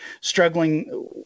struggling